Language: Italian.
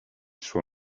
suo